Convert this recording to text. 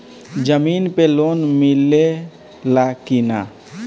जमीन पे लोन मिले ला की ना?